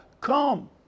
Come